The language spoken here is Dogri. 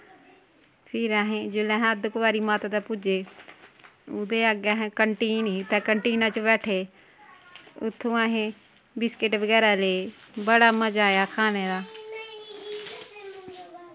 फिर असें जिसलै अस अध्द कवारी माता दै पुज्जे उदे अग्गै कंटीन ही तै कंटीना च बैठे उत्थूं असें बिस्किट बगैरा ले बड़ा मजा आया खाने दा